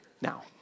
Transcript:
Now